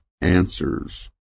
answers